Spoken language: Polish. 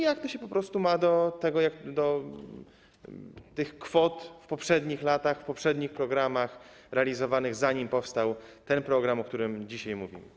Jak to się po prostu ma do kwot w poprzednich latach, w poprzednich programach realizowanych, zanim powstał ten program, o którym dzisiaj mówimy?